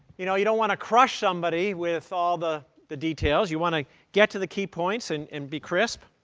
you know you don't want to crush somebody with all the the details. you want to get to the key points, and and be crisp.